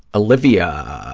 olivia